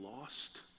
lost